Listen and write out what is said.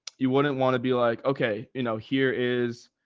you wouldn't want to be like, okay, you know, here is.